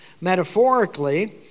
metaphorically